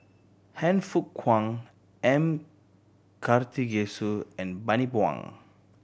Han Fook Kwang M Karthigesu and Bani Buang